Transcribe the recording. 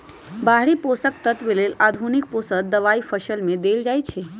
बाहरि पोषक लेल आधुनिक पोषक दबाई फसल में देल जाइछइ